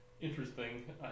interesting